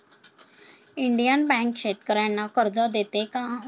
Indian Bank शेतकर्यांना कर्ज देते का?